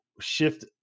shift